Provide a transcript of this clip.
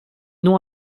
nom